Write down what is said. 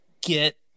get